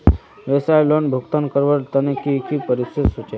व्यवसाय लोन भुगतान करवार तने की की प्रोसेस होचे?